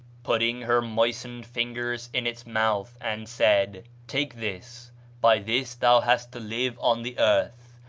putting her moistened fingers in its mouth, and said, take this by this thou hast to live on the earth,